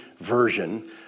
version